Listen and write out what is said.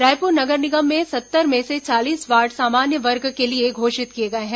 रायपुर नगर निगम में सत्तर में से चालीस वार्ड सामान्य वर्ग के लिए घोषित किए गए हैं